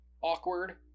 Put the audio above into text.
awkward